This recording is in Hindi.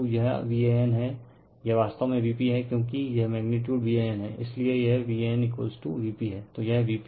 तो Vab 2 यह Van है यह वास्तव में Vp है क्योंकि यह मैग्नीटीयूड Van है इसलिए यह Van Vp है